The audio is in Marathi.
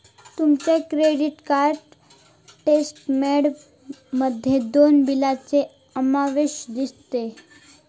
तुमच्या क्रेडीट कार्ड स्टेटमेंट मध्ये दोन बिलाचे ऑप्शन दिसतले